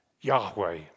Yahweh